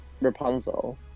Rapunzel